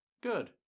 Good